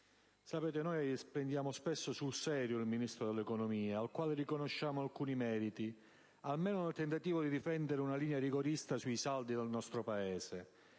ciò. Noi prendiamo spesso sul serio il Ministro dell'economia, al quale riconosciamo alcuni meriti, almeno nel tentativo di difendere una linea rigorista sui saldi del nostro Paese,